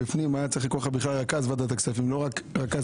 היו צריכים לקרוא לך רכז ועדת הכספים ולא רכז